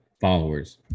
followers